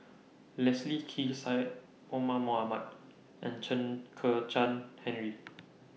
Leslie Kee Syed Omar Mohamed and Chen Kezhan Henri